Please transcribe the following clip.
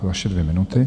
Vaše dvě minuty.